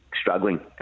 struggling